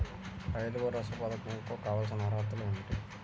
రైతు భరోసా పధకం కు కావాల్సిన అర్హతలు ఏమిటి?